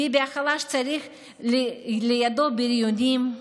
ביבי החלש צריך לידו בריונים,